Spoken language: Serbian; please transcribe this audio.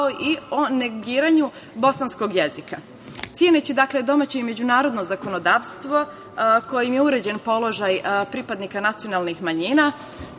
i o negiranju bosanskog jezika. Ceneći domaće i međunarodno zakonodavstvo kojim je uređen položaj pripadnika nacionalnih manjina,